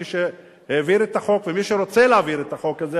מי שהעביר את החוק ומי שרוצה להעביר את החוק הזה,